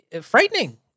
frightening